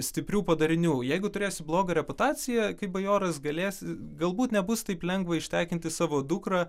stiprių padarinių jeigu turėsi blogą reputaciją kaip bajoras galėsi galbūt nebus taip lengva ištekinti savo dukrą